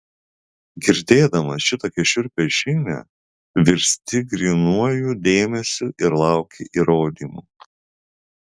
girdėdamas šitokią šiurpią žinią virsti grynuoju dėmesiu ir lauki įrodymų